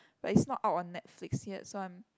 but it's not out on Netflix yet so I'm